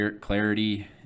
clarity